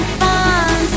fun